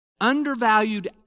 undervalued